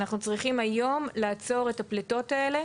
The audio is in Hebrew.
אנחנו צריכים היום לעצור את הפליטות האלה